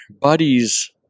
buddies